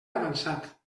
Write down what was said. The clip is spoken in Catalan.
avançat